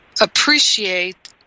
appreciate